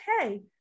okay